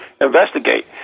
investigate